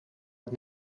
het